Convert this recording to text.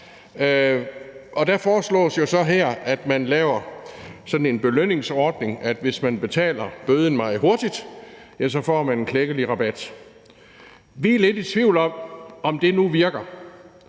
Der foreslås jo så her, at man laver sådan en belønningsordning, så hvis man betaler bøden meget hurtigt, får man en klækkelig rabat. Vi er lidt i tvivl om, om det nu virker.